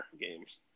games